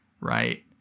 right